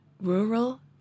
rural